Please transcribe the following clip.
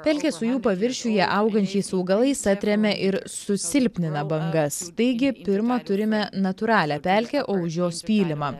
pelkes su jų paviršiuje augančiais augalais atremia ir susilpnina bangas taigi pirma turime natūralią pelkę o už jos pylimą